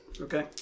Okay